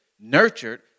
nurtured